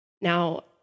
Now